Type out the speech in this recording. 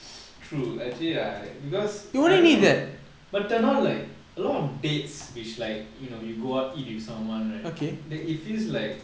true actually I because I don't know but turn out like a lot of dates which like you know you go out eat with someone right then it feels like